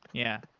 yeah.